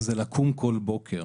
זה לקום כל בוקר